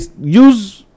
use